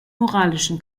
moralischen